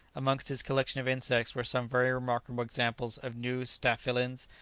amongst his collection of insects were some very remarkable examples of new staphylins,